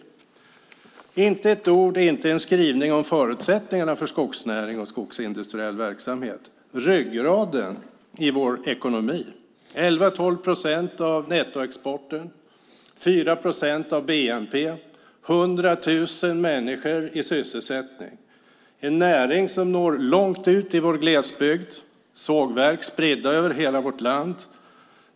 Det finns inte ett ord och inte en skrivning om förutsättningarna för skogsnäring och skogsindustriell verksamhet - ryggraden i vår ekonomi, med 11-12 procent av nettoexporten, 4 procent av bnp och 100 000 människor sysselsatta. Det är en näring som når långt ut i vår glesbygd, med sågverk spridda över hela vårt land.